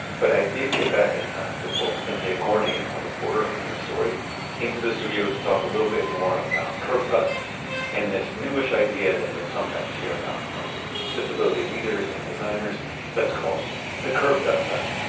but i did get back in time to pull cynthia gorney our reporter on this story into the studio to talk a little more about curb cuts and this new-ish idea that you'll sometimes hear about from disability leaders and designers that's called the curb cut effect.